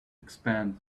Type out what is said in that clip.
expand